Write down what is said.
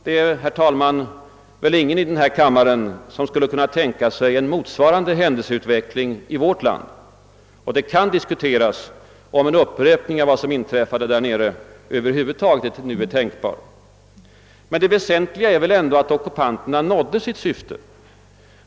Det är, herr talman, väl ingen i denna kammare som skulle kunna tänka sig en motsvarande händelseutveckling i vårt land. Och det kan diskuteras, om en upprepning av vad som inträffat där nere över huvud taget nu är tänkbar i något annat land. Det väsentliga är väl ändå, att ockupanterna nådde sitt syfte.